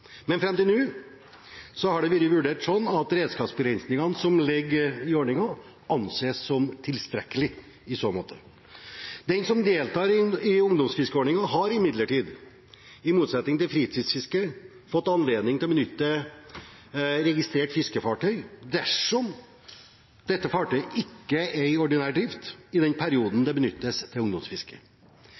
Men fram til nå har det vært vurdert slik at redskapsbegrensningene som ligger i ordningen, anses som tilstrekkelige i så måte. Den som deltar i ungdomsfiskeordningen, har imidlertid, i motsetning til fritidsfiskeren, fått anledning til å benytte registrert fiskefartøy dersom dette fartøyet ikke er i ordinær drift i den perioden det benyttes til ungdomsfiske.